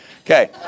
Okay